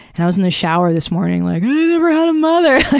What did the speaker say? and i was in the shower this morning like, i never had a mother!